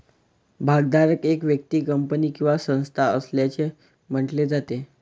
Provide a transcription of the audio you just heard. भागधारक एक व्यक्ती, कंपनी किंवा संस्था असल्याचे म्हटले जाते